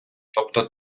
тобто